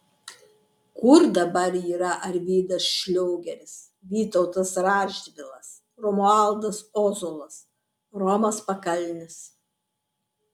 kur dabar yra arvydas šliogeris vytautas radžvilas romualdas ozolas romas pakalnis